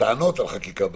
טענות על חקיקה בררנית.